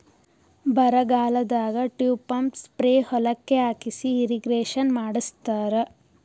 ಬರಗಾಲದಾಗ tube pump spray ಹೊಲಕ್ಕ್ ಹಾಕಿಸಿ ಇರ್ರೀಗೇಷನ್ ಮಾಡ್ಸತ್ತರ